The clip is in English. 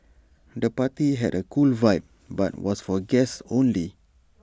the party had A cool vibe but was for guests only